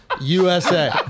USA